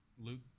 Luke